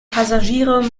passagiere